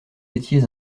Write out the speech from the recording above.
étiez